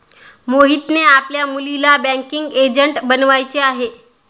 मोहितला आपल्या मुलीला बँकिंग एजंट बनवायचे आहे